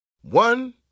One